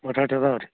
ಬಟಾಟೆ ಇದಾವ್ರಿ